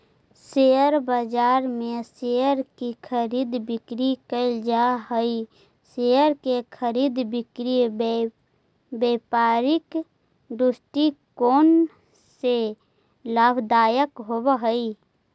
share बाजार में share की खरीद बिक्री कैल जा हइ शेयर के खरीद बिक्री व्यापारिक दृष्टिकोण से लाभदायक होवऽ हइ